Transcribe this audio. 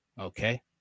okay